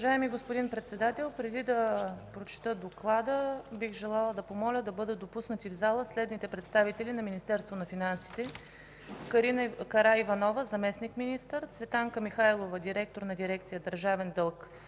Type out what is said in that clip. Уважаеми господин Председател, преди да прочета доклада, бих желала да помоля да бъдат допуснати в залата следните представители на Министерството на финансите: Карина Караиванова – заместник-министър, Цветанка Михайлова – директор на дирекция „Държавен дълг